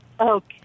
Okay